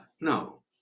no